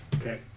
Okay